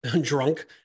drunk